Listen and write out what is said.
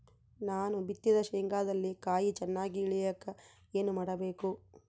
ನಾನು ಬಿತ್ತಿದ ಶೇಂಗಾದಲ್ಲಿ ಕಾಯಿ ಚನ್ನಾಗಿ ಇಳಿಯಕ ಏನು ಮಾಡಬೇಕು?